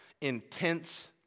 intense